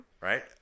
Right